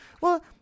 Well